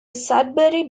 sudbury